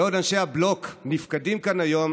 בעוד אנשי הבלוק נפקדים כאן היום,